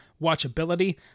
watchability